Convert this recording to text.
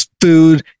food